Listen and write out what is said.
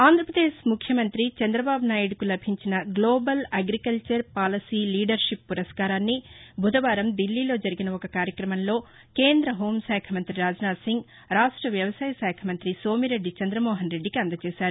ఆంధ్రాపదేశ్ ముఖ్యమంత్రి నారా చంద్రబాబునాయుడుకు లభించిన global agriculture policy leader ship పురస్కారాన్ని బుధవారం దిల్లీలో జరిగిన ఒక కార్యక్రమంలో కేంద్ర హెూంశాఖ మంత్రి రాజ్నాథ్సింగ్ రాష్ట వ్యవసాయ శాఖ మంతి సోమిరెడ్డికి అందచేశారు